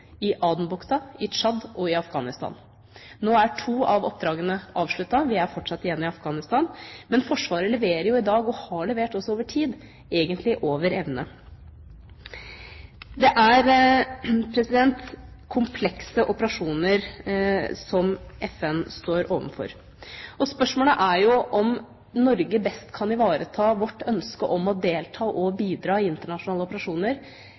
i Adenbukta, i Tsjad og i Afghanistan. Nå er to av oppdragene avsluttet. Vi er fortsatt igjen i Afghanistan. Men Forsvaret leverer jo i dag og har levert også over tid egentlig over evne. Det er komplekse operasjoner FN står overfor. Spørsmålet er om Norge best kan ivareta vårt ønske om å delta og bidra i internasjonale operasjoner